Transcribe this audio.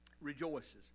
rejoices